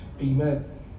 Amen